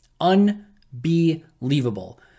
Unbelievable